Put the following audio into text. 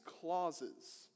clauses